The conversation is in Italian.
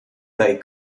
dai